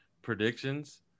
predictions